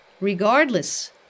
regardless